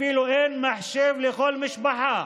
אפילו אין מחשב לכל משפחה,